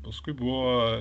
paskui buvo